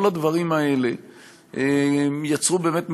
כל הדברים האלה יצרו באמת מציאות.